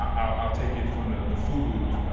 um i'll take it from the fubu,